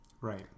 Right